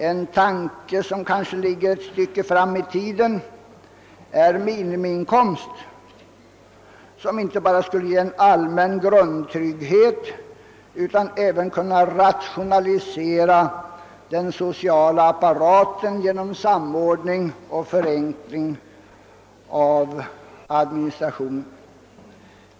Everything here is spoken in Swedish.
En tanke som kanske ligger ett stycke fram i tiden är minimiinkomst, som skulle kunna inte bara ge en allmän grundtrygghet utan även medföra att den sociala apparaten kan rationaliseras genom samordning och förenkling av administrationen.